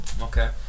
okay